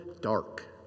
dark